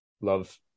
Love